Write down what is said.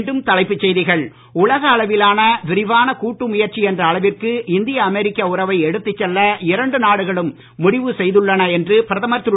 மீண்டும் தலைப்புச் செய்திகள் உலக அளவிலான விரிவான கூட்டு முயற்சி என்ற அளவிற்கு இந்திய அமெரிக்க உறவை எடுத்துச் செல்ல இரண்டு நாடுகளும் முடிவு செய்துள்ளன என்று பிரதமர் திரு